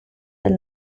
del